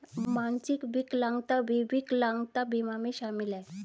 मानसिक विकलांगता भी विकलांगता बीमा में शामिल हैं